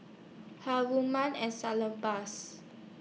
Haruma and Salonpas